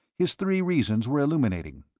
his three reasons were illuminating.